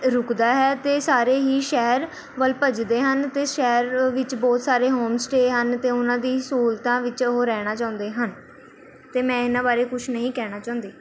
ਰੁਕਦਾ ਹੈ ਅਤੇ ਸਾਰੇ ਹੀ ਸ਼ਹਿਰ ਵੱਲ ਭੱਜਦੇ ਹਨ ਅਤੇ ਸ਼ਹਿਰ ਵਿੱਚ ਬਹੁਤ ਸਾਰੇ ਹੋਮਸਟੇਅ ਹਨ ਅਤੇ ਉਹਨਾਂ ਦੀ ਸਹੂਲਤਾਂ ਵਿੱਚ ਉਹ ਰਹਿਣਾ ਚਾਹੁੰਦੇ ਹਨ ਅਤੇ ਮੈਂ ਇਹਨਾਂ ਬਾਰੇ ਕੁਛ ਨਹੀਂ ਕਹਿਣਾ ਚਾਹੁੰਦੀ